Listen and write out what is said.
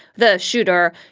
the shooter,